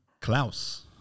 Klaus